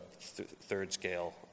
third-scale